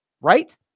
right